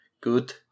Good